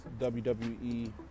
WWE